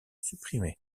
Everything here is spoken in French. supprimé